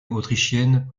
autrichienne